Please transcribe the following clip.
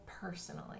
personally